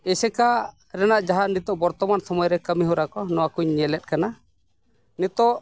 ᱮᱥᱮᱠᱟ ᱨᱮᱱᱟᱜ ᱡᱟᱦᱟᱸ ᱱᱤᱛᱚᱜ ᱵᱚᱨᱛᱚᱢᱟᱱ ᱥᱚᱢᱚᱭ ᱨᱮ ᱠᱟᱹᱢᱤ ᱦᱚᱨᱟ ᱠᱚ ᱱᱚᱣᱟ ᱠᱚᱧ ᱧᱮᱞᱮᱫ ᱠᱟᱱᱟ ᱱᱤᱛᱚᱜ